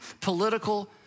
political